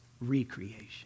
recreation